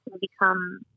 become